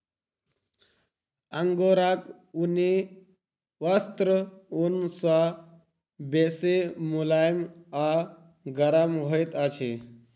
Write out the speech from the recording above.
अंगोराक ऊनी वस्त्र ऊन सॅ बेसी मुलैम आ गरम होइत अछि